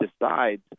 decides